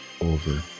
over